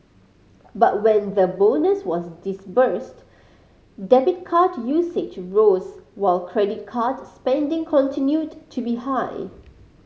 but when the bonus was disbursed debit card usage rose while credit card spending continued to be high